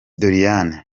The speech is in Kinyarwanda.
doriane